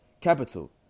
capital